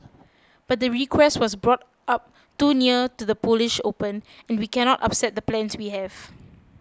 but the request was brought up too near to the Polish Open and we cannot upset the plans we have